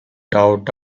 doubt